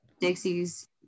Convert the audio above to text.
Dixie's